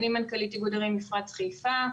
אני מנכ"לית איגוד ערים מפרץ חיפה.